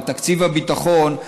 על תקציב הביטחון,